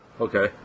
Okay